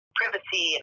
privacy